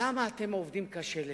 למה אתם עובדים קשה לבד?